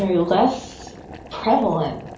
less prevalent.